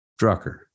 Drucker